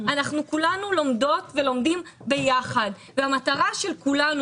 אנחנו כולנו לומדות ולומדים ביחד והמטרה של כולנו